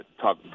talk